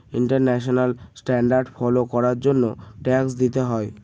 international standard follow করার জন্য tax দিতে হয়